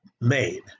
made